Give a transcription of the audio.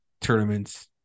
tournaments